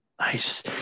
Nice